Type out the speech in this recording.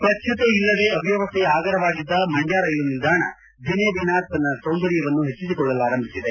ಸ್ವಚ್ಗತೆ ಇಲ್ಲದೆ ಅವ್ಯವಸ್ಥೆಯ ಆಗರವಾಗಿದ್ದ ಮಂಡ್ಕ ರೈಲು ನಿಲ್ಲಾಣ ದಿನೇ ದಿನೇ ತನ್ನ ಸೌಂದರ್ಯವನ್ನು ಹೆಚ್ಚಿಸಿಕೊಳ್ಳಲಾರಂಭಿಸಿದೆ